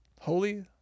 Holy